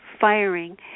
firing